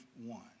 one